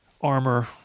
armor